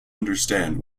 understand